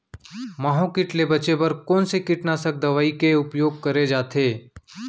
माहो किट ले बचे बर कोन से कीटनाशक दवई के उपयोग करे जाथे?